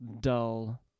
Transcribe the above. Dull